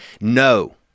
no